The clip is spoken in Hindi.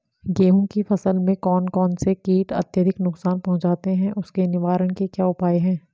गेहूँ की फसल में कौन कौन से कीट अत्यधिक नुकसान पहुंचाते हैं उसके निवारण के क्या उपाय हैं?